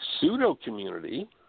pseudo-community